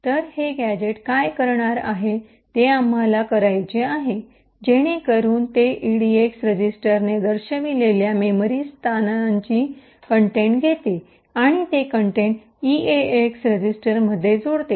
तर हे गॅझेट काय करणार आहे ते आम्हाला करायचे आहे जेणेकरून ते इडीएक्स रजिस्टरने दर्शविलेल्या मेमरी स्थानाची कंटेंट घेते आणि ते कंटेंट ईएएक्स रजिस्टरमध्ये जोडते